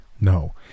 No